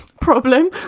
problem